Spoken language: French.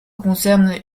concerne